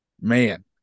man